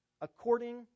according